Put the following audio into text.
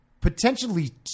potentially